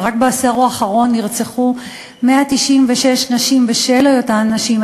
ורק בעשור האחרון נרצחו 196 נשים בשל היותן נשים,